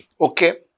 Okay